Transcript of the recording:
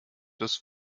das